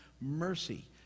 mercy